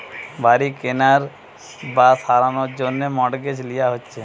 বাড়ি কেনার বা সারানোর জন্যে মর্টগেজ লিয়া হচ্ছে